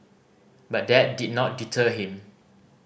but that did not deter him